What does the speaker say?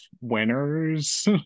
winners